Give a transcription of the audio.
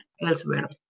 elsewhere